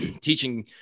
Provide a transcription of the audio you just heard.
teaching